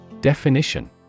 Definition